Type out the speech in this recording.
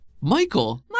Michael